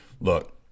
look